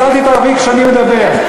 אז אל תתערבי כשאני מדבר.